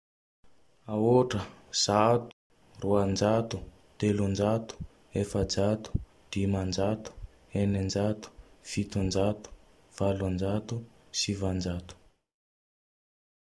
Aotra, zato, roanjato, telonjato, efajato, dimanjato, eninjato, fitonjato, valonjato, sivanjato.